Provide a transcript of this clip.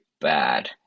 bad